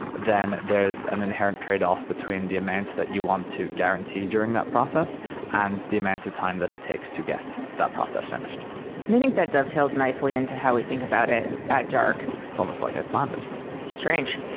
then there's an inherent tradeoff between the amount that you want to guarantee during that process and the amount of time that it takes to get that process finished and i think that dovetails nicely into how we think about it at dark it's almost like i planned it strange,